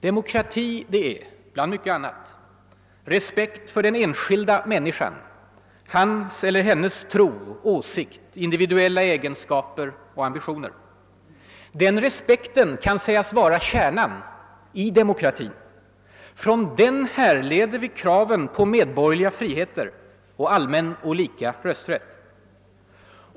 Demokrati är, bland mycket annat, respekt för den enskilda människan, hans eller hennes tro, åsikter, individuella egenskaper och ambitioner. Den respekten kan sägas vara kärnan i demokratin. Från den härleder vi kraven på medborgerliga friheter och allmän och lika rösträtt.